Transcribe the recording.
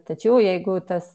tačiau jeigu tas